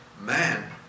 man